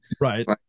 Right